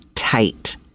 tight